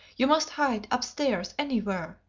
you must hide upstairs anywhere!